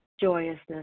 joyousness